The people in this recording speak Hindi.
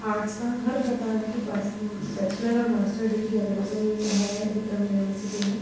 आर्ट्स का हर प्रकार की पास्ट बैचलर और मास्टर डिग्री अवेलेबल है विक्रम यूनिवर्सिटी में